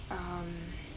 um